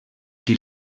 qui